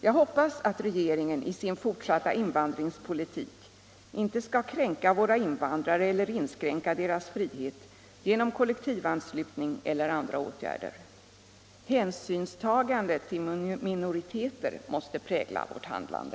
Jag hoppas att regeringen i sin fortsatta invandrarpolitik inte skall kränka våra invandrare eller inskränka deras frihet genom kollektivanslutning eller andra åtgärder. Hänsynstagande till minoriteter måste prägla vårt handlande.